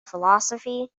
philosophy